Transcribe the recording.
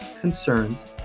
concerns